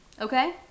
Okay